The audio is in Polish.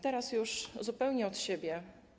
Teraz już zupełnie od siebie.